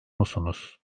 musunuz